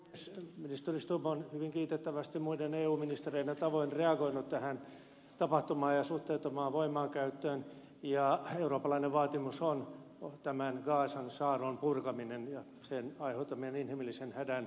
ministeri stubb on hyvin kiitettävästi muiden eu ministereiden tavoin reagoinut tähän tapahtumaan ja suhteettomaan voimankäyttöön ja eurooppalainen vaatimus on tämän gazan saarron purkaminen ja sen aiheuttaman inhimillisen hädän lopettaminen